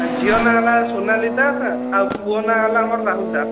ଝିଅ ନାଁ ହେଲା ସୋନାଲି ଦାସ ଆଉ ପୁଅ ନାଁ ହେଲା ମୋର ରାହୁଲ ଦାସ